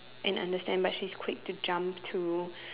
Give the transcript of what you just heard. and understand but she's quick to jump to